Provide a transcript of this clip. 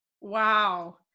Wow